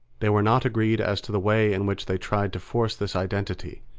they were not agreed as to the way in which they tried to force this identity,